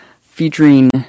featuring